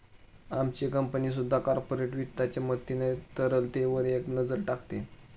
आमची कंपनी सुद्धा कॉर्पोरेट वित्ताच्या मदतीने तरलतेवर एक नजर टाकते